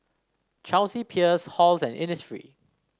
Chelsea Peers Halls and Innisfree